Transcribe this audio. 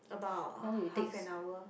about half an hour